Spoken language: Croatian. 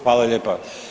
Hvala lijepa.